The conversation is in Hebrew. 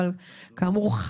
אבל כאמור,